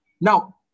now